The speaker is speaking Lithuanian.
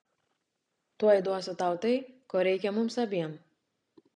tuoj duosiu tau tai ko reikia mums abiem